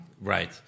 Right